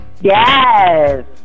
Yes